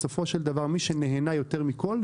בסופו של דבר מי שנהנה יותר מכל,